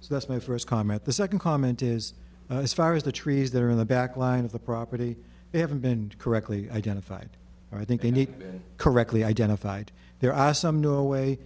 so that's my first comment the second comment is as far as the trees that are in the back line of the property they haven't been correctly identified i think they need correctly identified there are some no way